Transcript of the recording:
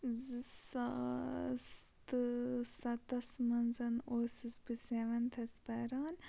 زٕ ساس تہٕ سَتَس منٛز اوسُس بہٕ سٮ۪وَنتھَس پَران